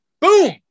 boom